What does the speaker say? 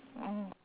oh